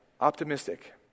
optimistic